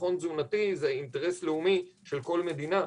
ביטחון תזונתי זה אינטרס לאומי של כל מדינה.